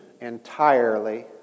entirely